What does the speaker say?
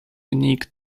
unique